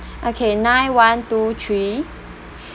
okay nine one two three